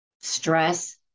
stress